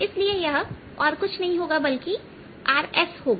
इसलिए यह और कुछ नहीं बल्कि r s होगा